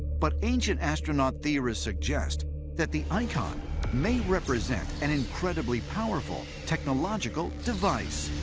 but ancient astronaut theorists suggest that the icon may represent an incredibly powerful technological device.